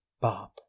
Bob